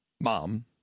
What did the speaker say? Mom